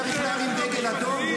היועץ המשפטי צריך להרים דגל אדום,